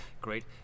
great